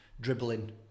dribbling